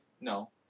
No